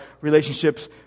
relationships